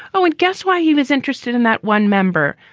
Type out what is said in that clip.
oh, and guess why he was interested in that one member,